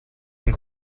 den